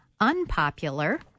unpopular